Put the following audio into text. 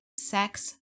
sex